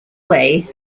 way